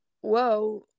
whoa